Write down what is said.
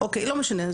אוקיי, לא משנה.